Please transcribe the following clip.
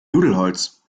nudelholz